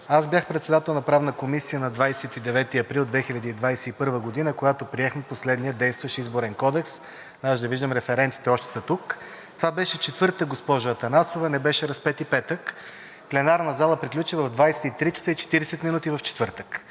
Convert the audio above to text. аз бях председател на Правната комисия на 29 април 2021 г., когато приехме последния действащ Изборен кодекс, даже виждам, референтите още са тук. Това беше четвъртък, госпожо Атанасова, не беше Разпети петък, пленарната зала приключи в 23,40 ч. в четвъртък.